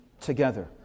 together